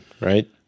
right